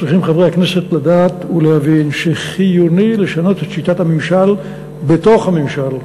צריכים חברי הכנסת לדעת ולהבין שחיוני לשנות את שיטת הממשל בתוך הממשל,